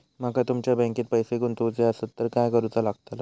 माका तुमच्या बँकेत पैसे गुंतवूचे आसत तर काय कारुचा लगतला?